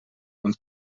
und